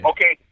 Okay